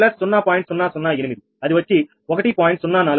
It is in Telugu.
008 అది వచ్చి1